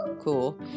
cool